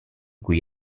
cui